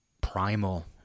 primal